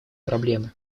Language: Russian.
проблемы